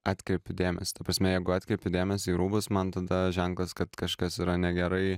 atkreipiu dėmesį ta prasme jeigu atkreipiu dėmesį į rūbus man tada ženklas kad kažkas yra negerai